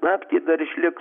netgi dar išliks